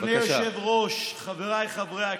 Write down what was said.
אדוני היושב-ראש, חבריי חברי הכנסת,